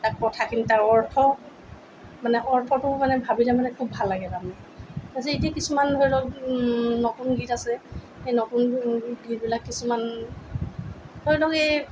তাৰ কথাখিনি তাৰ অৰ্থ মানে অৰ্থটো মানে ভাবিলে মানে খুব ভাল লাগে তাৰমানে আজি এতিয়া কিছুমান ধৰি লওক নতুন গীত আছে সেই নতুন গীতবিলাক কিছুমান ধৰি লওক এই